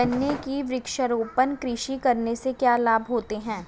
गन्ने की वृक्षारोपण कृषि करने से क्या लाभ होते हैं?